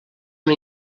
una